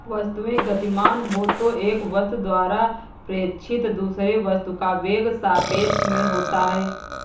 वस्तुएं गतिमान हो तो एक वस्तु द्वारा प्रेक्षित दूसरे वस्तु का वेग सापेक्ष में होता है